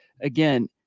again